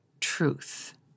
truth